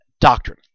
doctrine